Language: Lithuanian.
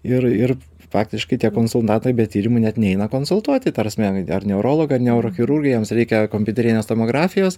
ir ir faktiškai tie konsultantai be tyrimų net neina konsultuoti ta prasme ar neurologai ar neurochirurgai jiems reikia kompiuterinės tomografijos